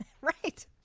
right